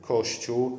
Kościół